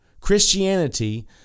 Christianity